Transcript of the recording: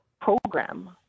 program